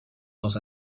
dans